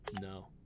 No